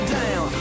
down